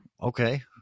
Okay